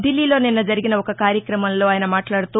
ఢిల్లీలో నిన్న జరిగిన ఒక కార్యక్రమంలో ఆయన మాట్లాడుతూ